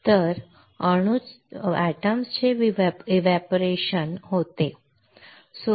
तर मी काय म्हणालो एटम चे एव्हपोरेशन होते ते बरोबर